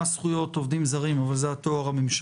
כמנהגנו כאן בוועדה מי שיפתח זה היועץ המשפטי,